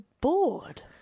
bored